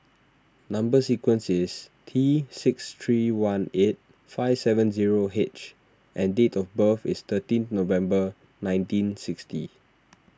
Number Sequence is T six three one eight five seven zero H and date of birth is thirteen November nineteen sixty